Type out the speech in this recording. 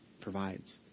provides